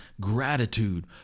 gratitude